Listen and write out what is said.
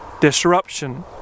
disruption